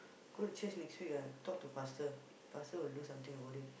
go to church next week lah talk to pastor pastor will do something about it